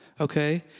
Okay